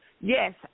yes